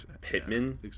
Pittman